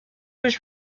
was